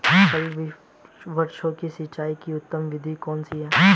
फल वृक्षों की सिंचाई की उत्तम विधि कौन सी है?